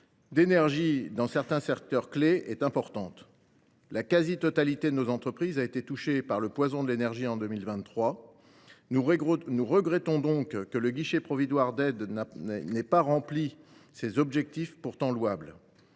d’énergie dans certains secteurs clés est importante. La quasi totalité de nos entreprises a subi les effets du poison du coût de l’énergie en 2023. Nous regrettons donc que le guichet provisoire d’aides n’ait pas atteint ses objectifs, pourtant louables.